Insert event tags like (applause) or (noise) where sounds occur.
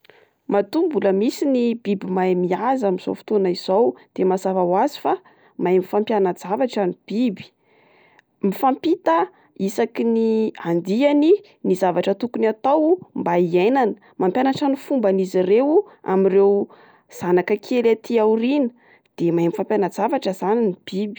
Matoa mbola misy ny biby mahay mihaza amin'izao fotoana izao de mazava ho azy fa mahay mifampiana-javatra ny biby. Mifampita isaky ny (hesitation) andiany ny zavatra tokony atao mba hiainana. Mampianatra ny fomban'izy ireo amin'ireo zanaka kely aty aoriana, de mahay mifampiana-javatra izany ny biby.